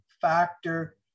factor